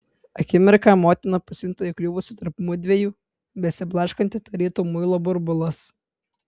akimirką motina pasijunta įkliuvusi tarp mudviejų besiblaškanti tarytum muilo burbulas